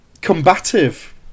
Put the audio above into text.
Combative